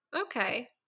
okay